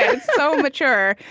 it's so mature,